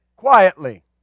Quietly